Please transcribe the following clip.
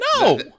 No